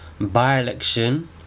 by-election